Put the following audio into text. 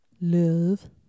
love